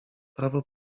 prawo